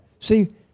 See